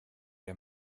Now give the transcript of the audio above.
der